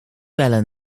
bellen